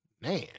Man